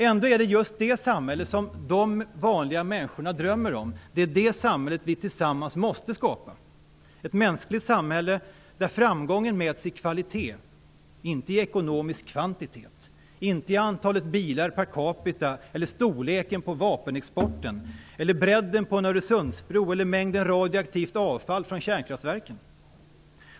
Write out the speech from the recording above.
Ändå är det just detta samhälle som de vanliga människorna drömmer om och som vi tillsammans måste skapa, ett mänskligt samhälle, där framgången mäts i kvalitet, inte i ekonomisk kvantitet, inte i antalet bilar per capita, i storleken på vapenexporten, i bredden på en Öresundsbro eller i mängden radioaktivt avfall från kärnkraftverken.